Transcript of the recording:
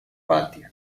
patio